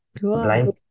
Blind